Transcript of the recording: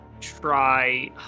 try